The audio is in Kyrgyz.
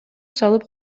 салып